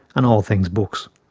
and all things books.